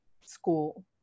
school